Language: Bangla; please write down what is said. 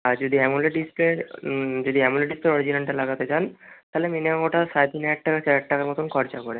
আর যদি অ্যামোল্ড ডিসপ্লে এ্যামোল্ড ডিসপ্লের অরিজিনালটা লাগাতে চান তাহলে মিনিমাম ওটা সাড়ে তিন হাজার চার হাজার টাকার মতোন খরচা পড়ে